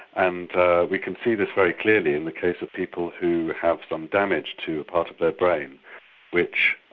and we can see this very clearly in the case of people who have some damage to a part of their brain which